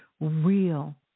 real